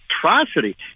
atrocity